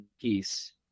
peace